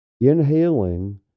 Inhaling